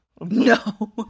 no